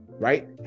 right